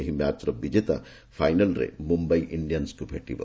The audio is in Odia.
ଏହି ମ୍ୟାଚର ବିଜେତା ଫାଇନାଲରେ ମୁମ୍ୟାଇ ଇଣ୍ଡିଆନ୍ନକୁ ଭେଟିବ